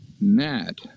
Nat